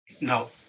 No